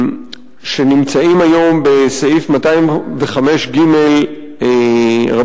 שנמצאים היום בסעיף 205ג(ב),